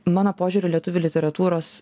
mano požiūriu lietuvių literatūros